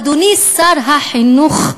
אדוני שר החינוך,